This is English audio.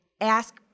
ask